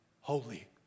holy